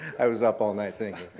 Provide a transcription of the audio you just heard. i was up all night thinking.